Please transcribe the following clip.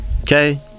Okay